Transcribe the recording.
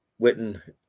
Witten